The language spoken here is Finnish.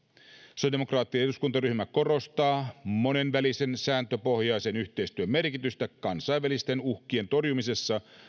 sosiaalidemokraattinen eduskuntaryhmä korostaa monenvälisen sääntöpohjaisen yhteistyön merkitystä kansainvälisten uhkien torjumisessa